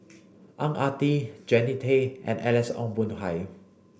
Ang Ah Tee Jannie Tay and Alex Ong Boon Hau